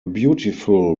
beautiful